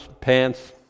pants